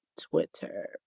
Twitter